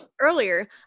Earlier